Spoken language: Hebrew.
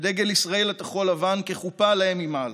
ודגל ישראל התכול-לבן כחופה להם ממעל?